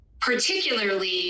particularly